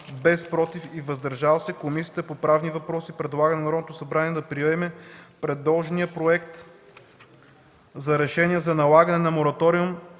без „против” и „въздържал се”, Комисията по правни въпроси предлага на Народното събрание да приеме предложения Проект за решение за налагане на мораториум